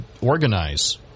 organize